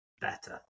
better